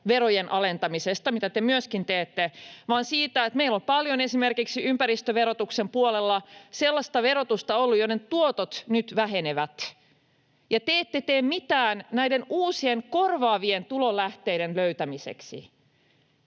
verojen alentamisesta, mitä te myöskin teette, vaan siitä, että meillä on esimerkiksi ympäristöverotuksen puolella ollut paljon sellaista verotusta, jonka tuotot nyt vähenevät, ja te ette tee mitään näiden uusien, korvaavien tulolähteiden löytämiseksi.